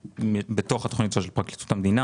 בתוך התוכנית של פרקליטות המדינה